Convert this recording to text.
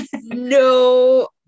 No